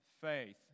faith